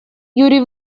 юрий